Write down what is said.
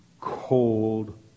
Cold